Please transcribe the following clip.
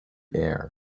air